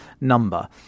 number